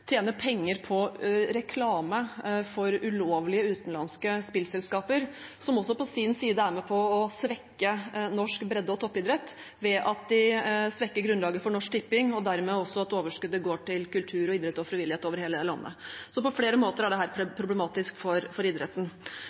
tjener penger på reklame for ulovlige utenlandske spillselskaper, som også på sin side er med på å svekke norsk bredde- og toppidrett ved at de svekker grunnlaget for Norsk Tipping, og dermed også at overskuddet går til kultur, idrett og frivillighet over hele landet. Så på flere måter er dette problematisk for idretten.